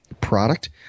Product